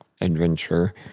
adventure